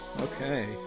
okay